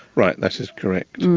right, that is correct.